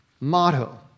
motto